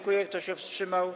Kto się wstrzymał?